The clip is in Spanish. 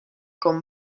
con